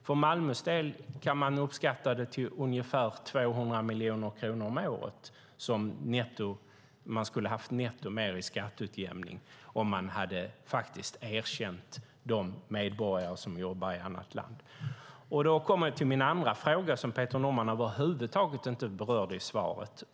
För Malmös del kan man uppskatta det till ungefär 200 miljoner kronor, netto, om året som de skulle ha haft ytterligare i skatteutjämning om de medborgare som jobbar i annat land hade erkänts. Då kommer jag till min andra fråga som Peter Norman över huvud taget inte berörde i svaret.